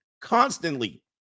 constantly